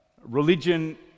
Religion